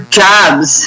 jobs